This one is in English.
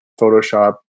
Photoshop